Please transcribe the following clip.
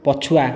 ପଛୁଆ